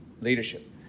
leadership